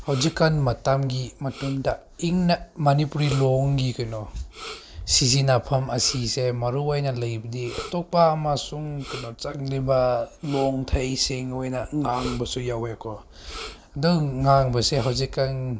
ꯍꯧꯖꯤꯛꯀꯥꯟ ꯃꯇꯝꯒꯤ ꯃꯇꯨꯡꯗ ꯏꯪꯅ ꯃꯅꯤꯄꯨꯔꯤ ꯂꯣꯟꯒꯤ ꯀꯩꯅꯣ ꯁꯤꯖꯤꯟꯅꯐꯝ ꯑꯁꯤꯁꯦ ꯃꯔꯨ ꯑꯣꯏꯅ ꯂꯩꯕꯗꯤ ꯑꯇꯣꯞꯄ ꯑꯃꯁꯨꯡ ꯀꯩꯅꯣ ꯆꯪꯂꯤꯕ ꯂꯣꯟꯊ꯭ꯔꯩꯁꯦꯡ ꯑꯣꯏꯅ ꯉꯥꯡꯕꯁꯨ ꯌꯥꯎꯏꯀꯣ ꯑꯗꯨꯝ ꯉꯥꯡꯕꯁꯦ ꯍꯧꯖꯤꯛꯀꯥꯟ